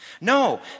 No